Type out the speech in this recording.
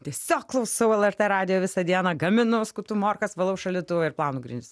tiesiog klausau lrt radijo visą dieną gaminu skutu morkas valau šaldytuvą ir plaunu grindis